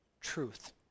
truth